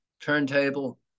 turntable